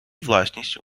власністю